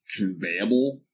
conveyable